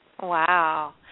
Wow